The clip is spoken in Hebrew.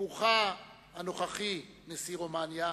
ביקורך הנוכחי, נשיא רומניה,